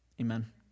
Amen